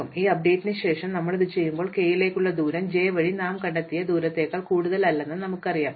അതിനാൽ ഈ അപ്ഡേറ്റിന് ശേഷം ഞങ്ങൾ ഇത് ചെയ്യുമ്പോൾ k ലേക്കുള്ള ദൂരം j വഴി നാം കണ്ടെത്തിയ ദൂരത്തേക്കാൾ കൂടുതലല്ലെന്ന് നമുക്കറിയാം